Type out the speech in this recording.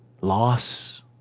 Loss